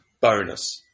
bonus